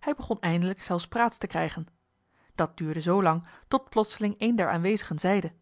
hij begon eindelijk zelfs praats te krijgen dat duurde zoolang tot plotseling een der aanwezigen zeide